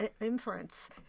inference